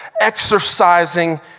exercising